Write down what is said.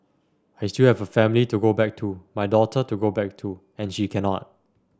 still have a family to go back to my daughter to go back to and she cannot